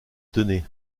donner